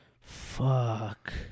Fuck